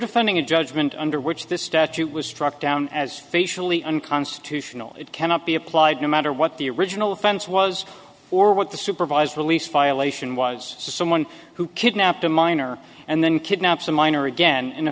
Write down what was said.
defending a judgment under which this statute was struck down as facially unconstitutional it cannot be applied no matter what the original offense was or what the supervised release violation was someone who kidnapped a minor and then kidnaps a minor again an